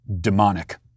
demonic